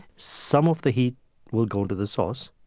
some of the heat will go into the sauce,